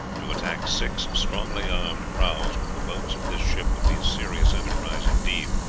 to attack six strongly armed prahus with the boats of this ship would be a serious enterprise indeed,